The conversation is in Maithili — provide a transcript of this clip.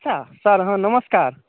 अच्छा सर हॅं नमस्कार